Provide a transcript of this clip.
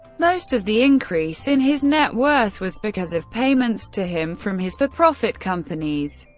most of the increase in his net worth was, because of payments to him from his for-profit companies.